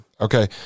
Okay